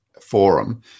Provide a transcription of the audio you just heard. forum